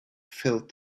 filled